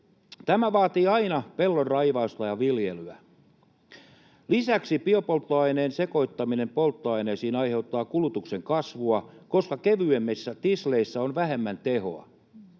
Tämä vaatii aina pellonraivausta ja viljelyä. Lisäksi biopolttoaineen sekoittaminen polttoaineisiin aiheuttaa kulutuksen kasvua, koska kevyemmissä tisleissä on vähemmän tehoa.